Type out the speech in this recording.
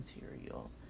material